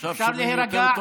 אפשר להירגע?